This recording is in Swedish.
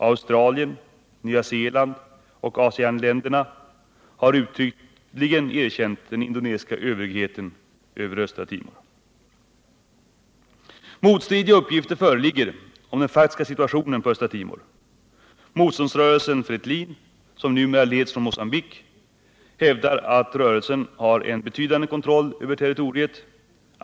Australien, Nya Zeeland och ASEAN länderna har uttryckligen erkänt den indonesiska överhögheten över Östra Timor. Motstridiga uppgifter föreligger om den faktiska situationen på Östra Timor. Motståndsrörelsen Fretilin, som numera leds från Mocambique, hävdar att rörelsen har en betydande kontroll över territoriet.